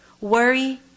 worry